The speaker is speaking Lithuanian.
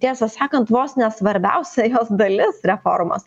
tiesą sakant vos ne svarbiausia jos dalis reformos